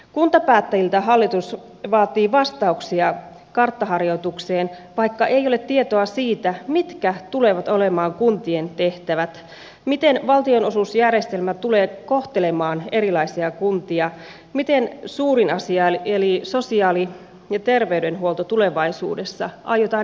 kuntapäättäjiltä hallitus vaatii vastauksia karttaharjoitukseen vaikka ei ole tietoa siitä mitkä tulevat olemaan kuntien tehtävät miten valtionosuusjärjestelmä tulee kohtelemaan erilaisia kuntia miten suurin asia eli sosiaali ja terveydenhuolto tulevaisuudessa aiotaan järjestää